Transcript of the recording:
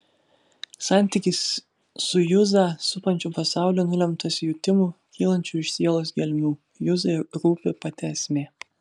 santykis su juzą supančiu pasauliu nulemtas jutimų kylančių iš sielos gelmių juzai rūpi pati esmė